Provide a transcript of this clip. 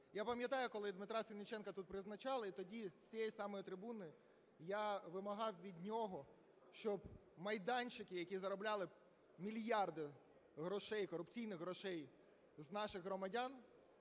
Я пам'ятаю, коли Дмитра Сенниченка тут призначали, тоді з цієї самої трибуни я вимагав від нього, щоб майданчики, які заробляли мільярди грошей, корупційних грошей з наших громадян,